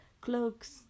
cloaks